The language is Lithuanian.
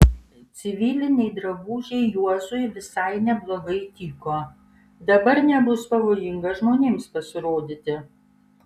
civiliniai drabužiai juozui visai neblogai tiko dabar nebus pavojinga žmonėms pasirodyti